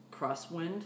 crosswind